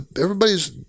everybody's